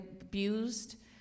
abused